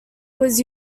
was